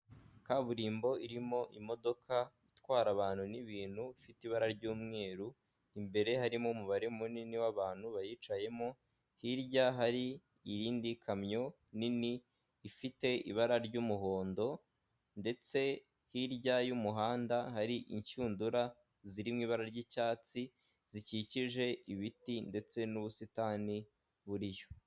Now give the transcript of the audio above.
Kaburimbo irimo imodoka itwara abantu n'ibintu ifite ibara ry'umweru, imbere harimo umubare munini w'abantu bayicayemo, hirya hari iyindi kamyo nini ifite ibara ry'umuhondo ndetse hirya y'umuhanda hari inshundura ziri mu ibara ry'icyatsi zikikije ibiti ndetse n'ubusitani buriyo.